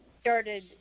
started